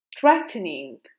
threatening